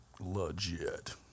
legit